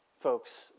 Folks